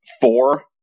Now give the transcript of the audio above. Four